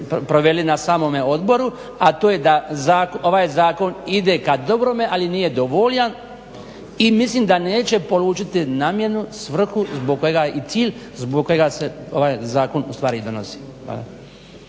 proveli na samome odboru, a to je da ovaj zakon ide ka dobrome ali nije dovoljan i mislim da neće polučiti namjenu, svrhu zbog kojega je i cilj, zbog kojega se ovaj zakon ustvari i donosi.